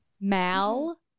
Mal